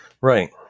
right